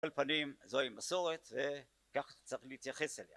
כל פנים זוהי מסורת וכך צריך להתייחס אליה